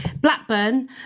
Blackburn